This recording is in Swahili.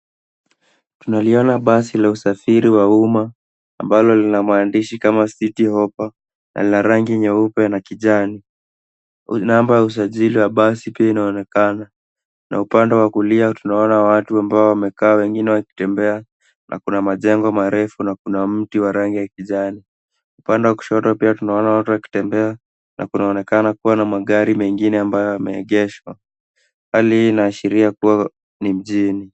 Tunaliona basi la usafiri wa umma ambalo lina maandishi kama citi hoppa na lina rangi nyeupe na kijani. Namba ya usajili wa basi pia inaonekana na upande wa kulia tunaona watu ambao wamekaa wengine wakitembea na kuna majengo marefu na kuna mti wa rangi ya kijani. Upande wa kushoto pia tunaona watu wakitembea na kunaonekana kuwa na magari mengine ambayo yameegeshwa. Hali hii inaashiria kuwa ni mjini.